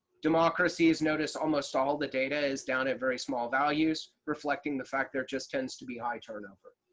democracies, notice almost all the data is down at very small values. reflecting the fact there just tends to be high turnover.